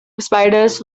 spiders